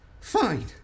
Fine